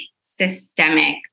systemic